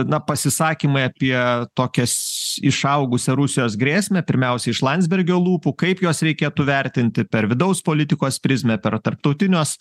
na pasisakymai apie tokias išaugusią rusijos grėsmę pirmiausia iš landsbergio lūpų kaip juos reikėtų vertinti per vidaus politikos prizmę per tarptautinios